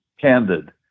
candid